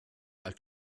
als